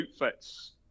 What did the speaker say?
outfits